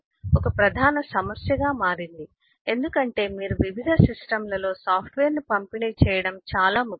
portability ఒక ప్రధాన సమస్యగా మారింది ఎందుకంటే మీరు వివిధ సిస్టమ్లలో సాఫ్ట్వేర్ను పంపిణీ చేయడం చాలా ముఖ్యం